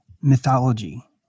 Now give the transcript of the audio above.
mythology